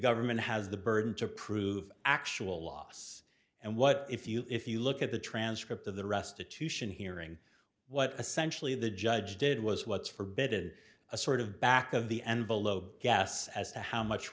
government has the burden to prove actual loss and what if you if you look at the transcript of the restitution hearing what essentially the judge did was what's forbid a sort of back of the envelope guess as to how much